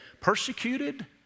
persecuted